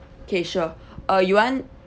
okay sure uh you want